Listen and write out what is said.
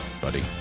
buddy